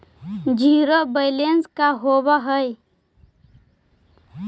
Zero balance का होव हइ?